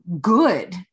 good